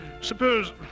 suppose